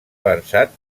avançat